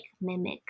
mimic